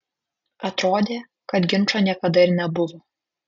atrodė kad ginčo niekada ir nebuvo